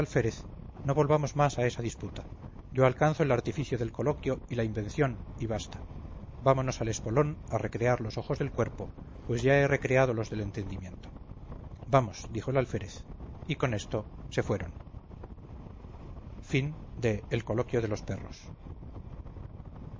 no volvamos más a esa disputa yo alcanzo el artificio del coloquio y la invención y basta vámonos al espolón a recrear los ojos del cuerpo pues ya he recreado los del entendimiento vamos dijo el alférez y con esto se fueron el casamiento engañoso el celoso estremeño el coloquio de los perros